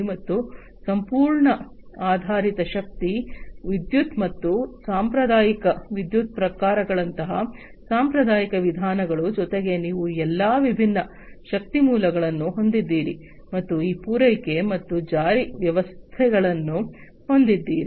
ಮತ್ತು ಸಂಪೂರ್ಣ ಆಧಾರಿತ ಶಕ್ತಿ ವಿದ್ಯುತ್ ಮತ್ತು ಸಾಂಪ್ರದಾಯಿಕ ವಿದ್ಯುತ್ ಪ್ರಕಾರಗಳಂತಹ ಸಾಂಪ್ರದಾಯಿಕ ವಿಧಾನಗಳು ಜೊತೆಗೆ ನೀವು ಈ ಎಲ್ಲಾ ವಿಭಿನ್ನ ಶಕ್ತಿ ಮೂಲಗಳನ್ನು ಹೊಂದಿದ್ದೀರಿ ಮತ್ತು ಈ ಪೂರೈಕೆ ಮತ್ತು ಜಾರಿ ವ್ಯವಸ್ಥೆಗಳನ್ನು ಹೊಂದಿದ್ದೀರಿ